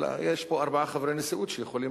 אלא יש פה ארבעה חברי נשיאות שיכולים